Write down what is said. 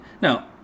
Now